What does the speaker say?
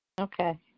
Okay